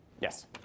Yes